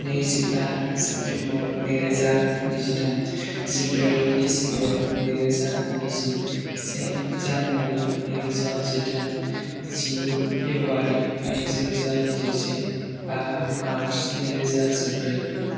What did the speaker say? नैजिबा सेप्तेम्बर नैरोजा नैजिथाम जिब्रै डिसेम्बर नैरोजा नैजि से जानुवारि नैरोजा जिथाम जि फेब्रुवारि नैरोजा नैजिसे बा मार्च नैरोजा जिब्रै